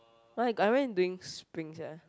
but I went during spring sia